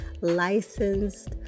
licensed